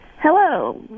Hello